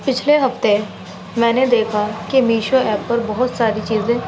پچھلے ہفتے میں نے دیکھا کہ میشو ایپ پر بہت ساری چیزیں